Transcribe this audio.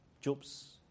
Job's